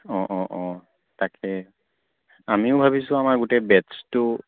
অঁ অঁ অঁ তাকে আমিও ভাবিছোঁ আমাৰ গোটেই বেডছটো